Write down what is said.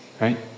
right